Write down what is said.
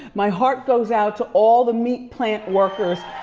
my heart goes out to all the meat plant workers.